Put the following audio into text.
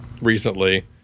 recently